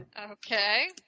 Okay